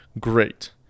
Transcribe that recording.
Great